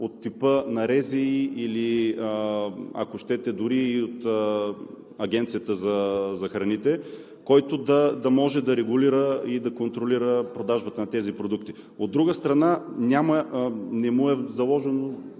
от типа на РЗИ или, ако щете, дори и от Агенцията за храните, който да може да регулира и да контролира продажбата на тези продукти. От друга страна, не му е заложено